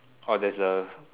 uh there's a